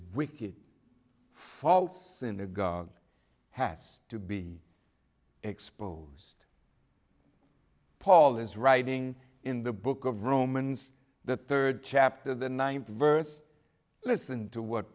ricky false synagogue has to be exposed paul is writing in the book of romans the third chapter the ninth verse listen to what